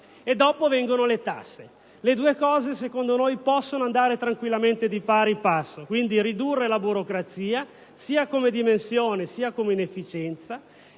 Dopo vengono le tasse. Le due cose, secondo noi, possono andare tranquillamente di pari passo: ridurre la burocrazia, sia come dimensione sia come inefficienza,